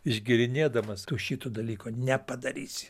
išgėrinėdamas tu šito dalyko nepadarysi